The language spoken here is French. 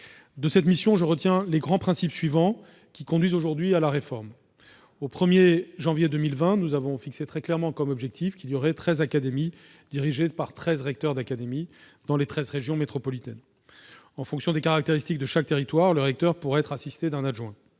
De cette mission, je retiens les grands principes suivants, qui conduisent aujourd'hui la réforme. Au 1 janvier 2020, il y aura 13 académies dirigées par 13 recteurs d'académie, dans les 13 régions métropolitaines. En fonction des caractéristiques de chaque territoire, le recteur pourra être assisté d'un adjoint.